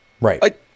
right